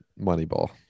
Moneyball